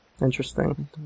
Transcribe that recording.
Interesting